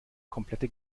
komplette